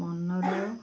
ମନର